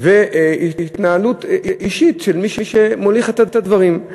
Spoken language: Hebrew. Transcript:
והתנהלות אישית של מי שמוליך את הדברים.